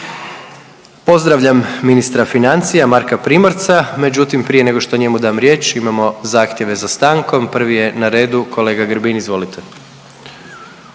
Pozdravljam ministra financija Marka Primorca, međutim, prije nego što njemu dam riječ, imamo zahtjeve za stankom. Prvi je na redu kolega Grbin, izvolite.